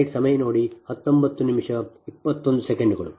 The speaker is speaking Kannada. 0 Z 21 V 2 6